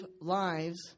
lives